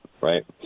right